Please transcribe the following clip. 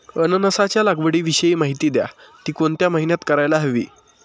अननसाच्या लागवडीविषयी माहिती द्या, ति कोणत्या महिन्यात करायला हवी?